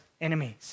enemies